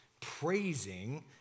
Praising